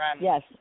Yes